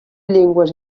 llengües